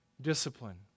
Discipline